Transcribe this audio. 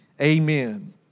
Amen